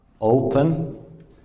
open